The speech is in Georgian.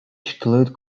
ჩრდილოეთ